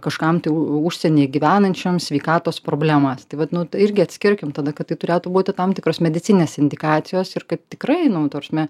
kažkam tai u užsienyje gyvenančioms sveikatos problemas tai vat nu irgi atskirkim tada kad tai turėtų būti tam tikros medicininės indikacijos ir kad tikrai nu ta prasme